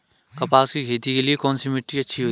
कपास की खेती के लिए कौन सी मिट्टी अच्छी होती है?